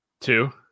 Two